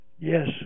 Yes